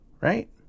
right